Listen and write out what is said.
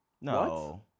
no